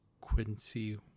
quincy